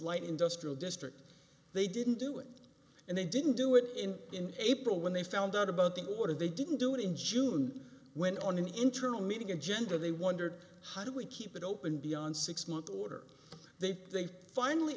light industrial district they didn't do it and they didn't do it in in april when they found out about the order they didn't do it in june when on an internal meeting agenda they wondered how do we keep it open beyond six months order they've they've finally